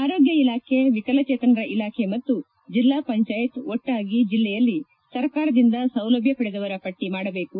ಆರೋಗ್ಲ ಇಲಾಖೆ ವಿಕಲಚೇತನರ ಇಲಾಖೆ ಮತ್ತು ಜಿಲ್ಲಾಪಂಚಾಯತ್ ಒಟ್ಟಾಗಿ ಜಿಲ್ಲೆಯಲ್ಲಿ ಸರ್ಕಾರದಿಂದ ಸೌಲಭ್ಯ ಪಡೆದವರ ಪಟ್ಟ ಮಾಡಬೇಕು